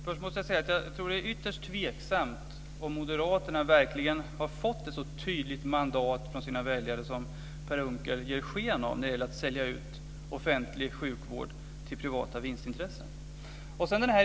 Fru talman! Först måste jag säga att jag tror att det är ytterst tveksamt om moderaterna verkligen har fått ett så tydligt mandat från sina väljare som Per Unckel ger sken av när det gäller att sälja ut offentlig sjukvård till privata vinstintressen.